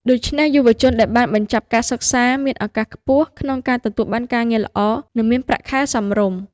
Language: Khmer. ដូច្នេះ យុវជនដែលបានបញ្ចប់ការសិក្សាមានឱកាសខ្ពស់ក្នុងការទទួលបានការងារល្អ និងមានប្រាក់ខែសមរម្យ។